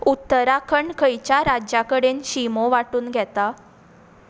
उत्तराखंड खंयच्या राज्यां कडेन शिमो वांटून घेता